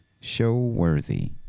show-worthy